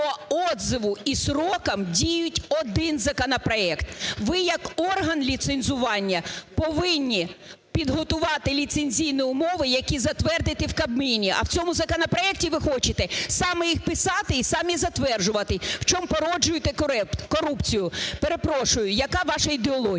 по отзиву і строкам діє один законопроект. Ви як орган ліцензування повинні підготувати ліцензійні умови, які затвердити в Кабміні, а в цьому законопроекті, ви хочете самі їх писати і самі затверджувати, в чому породжуєте корупцію. Перепрошую, яка ваша ідеологія?